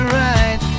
right